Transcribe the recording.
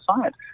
science